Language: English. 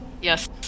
Yes